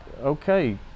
okay